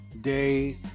day